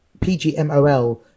PGMOL